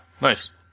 nice